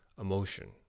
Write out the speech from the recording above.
emotion